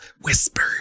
whisper